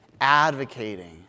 advocating